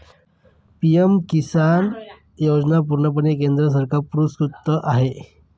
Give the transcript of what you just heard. PM Kisan योजना पूर्णपणे केंद्र सरकार पुरस्कृत आहे